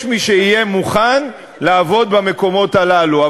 יש מי שיהיה מוכן לעבוד במקומות הללו.